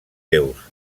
déus